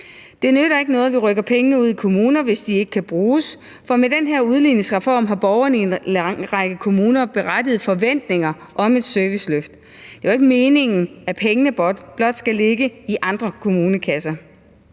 Det nytter ikke noget, at vi rykker pengene ud i kommuner, hvis de ikke kan bruges, for med den her udligningsreform har borgerne i en lang række kommuner berettigede forventninger om et serviceløft. Det er jo ikke meningen, at pengene blot skal ligge i andre kommunekasser.